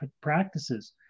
practices